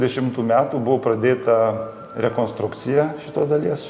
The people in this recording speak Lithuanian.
dešimtų metų buvo pradėta rekonstrukcija šitos dalies